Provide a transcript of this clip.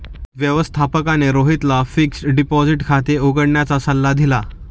व्यवस्थापकाने रोहितला fixed deposit खाते उघडण्याचा सल्ला दिला